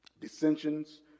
dissensions